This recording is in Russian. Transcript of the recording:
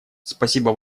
спасибо